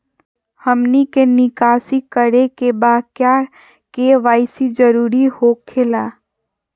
हमनी के निकासी करे के बा क्या के.वाई.सी जरूरी हो खेला?